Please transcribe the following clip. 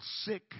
sick